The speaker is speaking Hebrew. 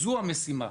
זו המשימה.